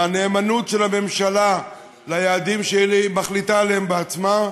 בנאמנות של הממשלה ליעדים שהיא מחליטה עליהם בעצמה,